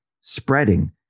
spreading